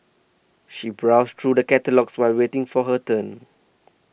she browsed through the catalogues while waiting for her turn